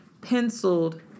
penciled